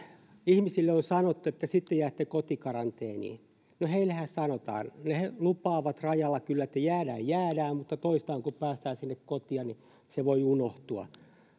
ihmisille on sanottu että sitten jäätte kotikaranteeniin no heillehän sanotaan ja he lupaavat rajalla kyllä että jäädään jäädään mutta toista on kun päästään sinne kotiin se voi unohtua